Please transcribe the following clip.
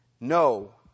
No